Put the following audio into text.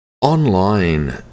online